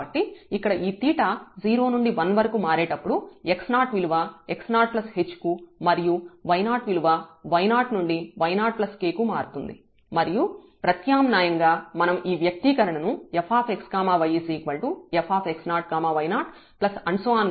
కాబట్టి ఇక్కడ ఈ 𝜃 0 నుండి 1 వరకు మారేటప్పుడు x0 విలువ x0h కు మరియు y0 విలువ y0 నుండి y0k కు మారుతుంది మరియు ప్రత్యామ్నాయంగా మనం ఈ వ్యక్తీకరణను fx y fx0 y0